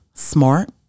Smart